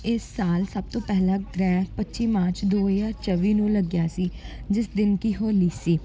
ਇਸ ਸਾਲ ਸਭ ਤੋਂ ਪਹਿਲਾਂ ਗ੍ਰਹਿਣ ਪੱਚੀ ਮਾਰਚ ਦੋ ਹਜ਼ਾਰ ਚੌਵੀ ਨੂੰ ਲੱਗਿਆ ਸੀ ਜਿਸ ਦਿਨ ਕਿ ਹੋਲੀ ਸੀ